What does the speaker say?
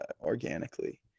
organically